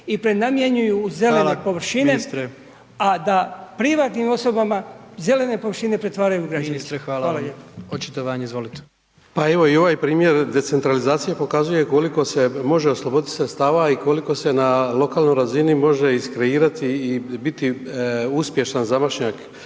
i prenamjenjuju u zelene površine, a da privatnim osobama, zelene površine pretvaraju u